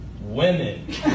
Women